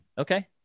Okay